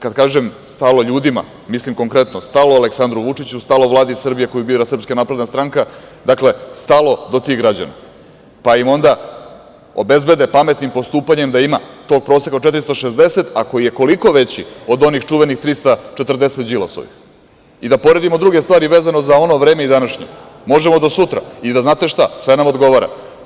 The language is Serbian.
Kad kažem – stalo ljudima, mislim konkretno stalo Aleksandru Vučiću, stalo Vladi Srbije koju bira SNS, dakle stalo do tih građana, pa im onda obezbede pametnim postupanjem da ima tog proseka od 460, ako je koliko veći od onih čuvenih 340 Đilasovih, i da poredimo druge stvari vezano za ono vreme i današnje, možemo do sutra, i da znate šta, sve nam odgovara.